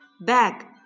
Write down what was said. bag